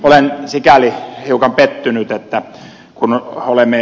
olen sikäli hiukan pettynyt kun olemme ed